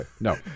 No